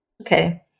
Okay